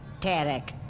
Tarek